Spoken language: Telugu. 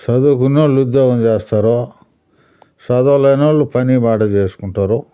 చదువుకున్న వాళ్ళు ఉద్యోగం చేస్తారు చదవలేని వాళ్ళు పని పాట చేసుకుంటారు